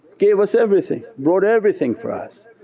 gave us everything. brought everything for us.